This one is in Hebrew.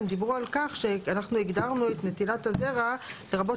הם דיברו על כך שאנחנו הגדרנו את נטילת הזרע "לרבות